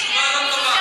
אם יש מישהו שחטא,